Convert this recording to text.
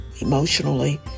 emotionally